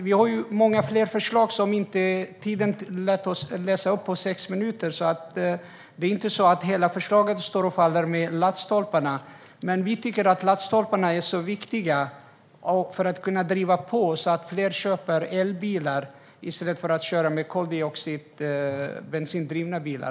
Vi har många fler förslag som jag inte hann med att läsa upp under de sex minuter jag hade på mig. Det är inte så att hela förslaget står och faller med laddstolparna. Men vi tycker att laddstolparna är viktiga för att man ska kunna driva på så att fler köper elbilar i stället för att köra med bensindrivna bilar.